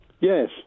Yes